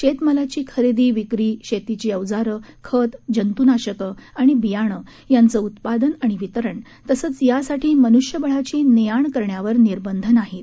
शर्त्ञिलाची खर्तीविक्री शर्तीची अवजार खत जंतूनाशक आणि बियाणं यांचं उत्पादन आणि वितरण तसंच यासाठी मनुष्यबळाची नख्राण करण्यावर निर्बंध नाहीत